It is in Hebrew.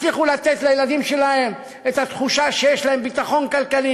הצליחו לתת לילדים שלהם את התחושה שיש להם ביטחון כלכלי,